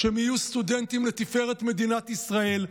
שהם יהיו סטודנטים לתפארת מדינת ישראל,